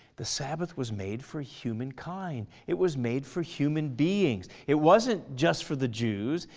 the sabbath was made for humankind. it was made for human beings. it wasn't just for the jews.